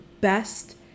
best